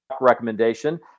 recommendation